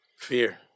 Fear